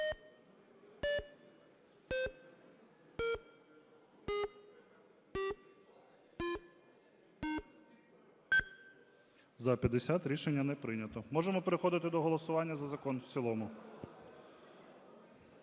За-50 Рішення не прийнято. Можемо переходити до голосування за закон в цілому.